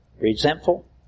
Resentful